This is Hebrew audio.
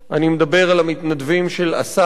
אני מדבר על המתנדבים של אס"ף,